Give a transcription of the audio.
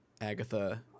Agatha